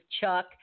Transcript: Chuck